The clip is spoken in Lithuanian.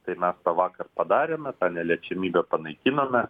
tai mes tą vakar padarėme tą neliečiamybę panaikinome